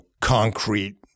concrete